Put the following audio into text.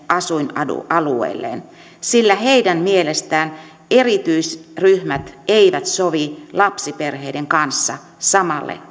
asuinalueelleen sillä heidän mielestään erityisryhmät eivät sovi lapsiperheiden kanssa samalle